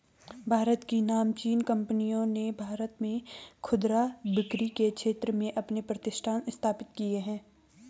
भारत की नामचीन कंपनियों ने भारत में खुदरा बिक्री के क्षेत्र में अपने प्रतिष्ठान स्थापित किए हैं